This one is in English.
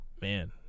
man